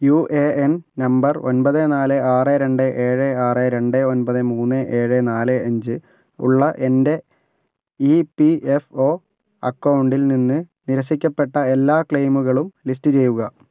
U A N number ഒൻപത് നാല് ആറ് രണ്ട് ഏഴ് ആറ് രണ്ട് ഒൻപത് മൂന്ന് ഏഴ് നാല് അഞ്ച് ഉള്ള എൻ്റെ ഇ പി എഫ് ഒ അക്കൗണ്ടിൽ നിന്ന് നിരസിക്കപ്പെട്ട എല്ലാ ക്ലെയിമുകളും ലിസ്റ്റ് ചെയ്യുക